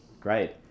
Great